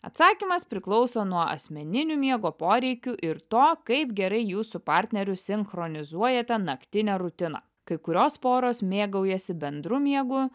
atsakymas priklauso nuo asmeninių miego poreikių ir to kaip gerai jūs su partneriu sinchronizuojate naktinę rutiną kai kurios poros mėgaujasi bendru miegu